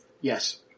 Yes